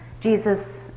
Jesus